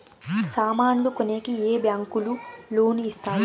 సామాన్లు కొనేకి ఏ బ్యాంకులు లోను ఇస్తారు?